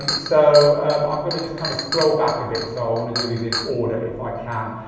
um so i'm going to just kind of scroll back a bit, so i want to do these in order if i can.